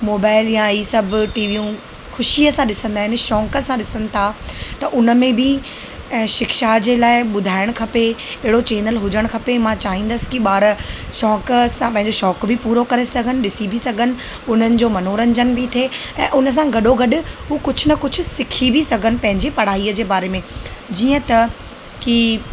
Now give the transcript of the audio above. mobile या ई सभु टीवियूं ख़ुशीअ सां ॾिसंदा आहिनि शौक़ सां ॾिसनि था त उन में बि ऐं शिक्षा जे लाइ ॿुधाइणु खपे अहिड़ो चैनल हुजणु खपे मां चाहींदसि की ॿार शौक़ सां पंहिंजो शौक़ु बि पूरो करे सघनि ॾिसी बि सघनि उन्हनि जो मनोरंजन बि थिए ऐं उन सां गॾो गॾु हू कुझु न कुझु सिखी बि सघनि पंहिंजे पढ़ाईअ जे बारे में जीअं त की